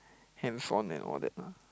handphone and all that lah